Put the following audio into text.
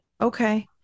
Okay